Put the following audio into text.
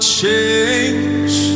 change